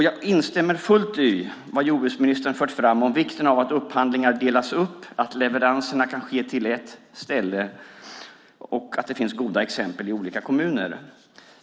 Jag instämmer fullt i vad jordbruksministern fört fram om vikten av att upphandlingar delas upp, att leveranserna kan ske till ett ställe och att det finns goda exempel i olika kommuner.